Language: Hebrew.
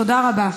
תודה רבה.